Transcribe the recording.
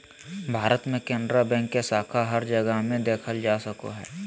भारत मे केनरा बैंक के शाखा हर जगह मे देखल जा सको हय